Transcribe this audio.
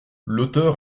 l’auteur